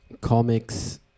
comics